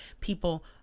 people